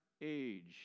age